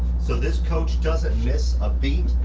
so this coach doesn't miss a beat.